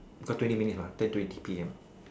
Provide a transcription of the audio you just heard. got twenty minutes what ten twenty P_M